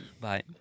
Bye